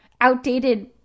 outdated